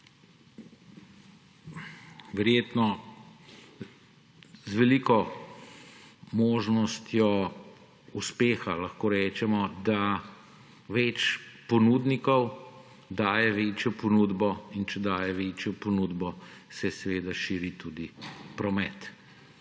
verjetno z veliko možnostjo uspeha, da več ponudnikov daje večjo ponudbo, in če dajejo večjo ponudbo, se seveda širi tudi promet.